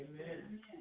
Amen